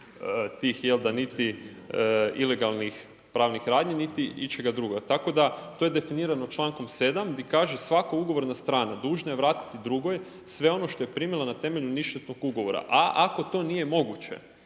niti ilegalnih pravnih radnji, niti ičega drugoga, tako da, to je definirano člankom 7. di kaže „svako ugovorna strana dužna je vratiti drugoj sve ono što je primila na temelju ništetnog ugovora, a ako to nije moguće